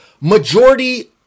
majority